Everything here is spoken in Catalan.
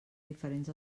diferents